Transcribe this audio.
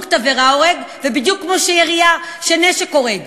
תבערה הורג ובדיוק כמו שירייה של נשק הורגת.